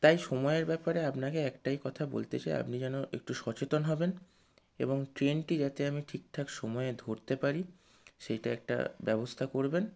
তাই সময়ের ব্যাপারে আপনাকে একটাই কথা বলতে চাই আপনি যেন একটু সচেতন হবেন এবং ট্রেনটি যাতে আমি ঠিকঠাক সময়ে ধরতে পারি সেইটা একটা ব্যবস্থা করবেন